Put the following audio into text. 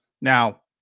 Now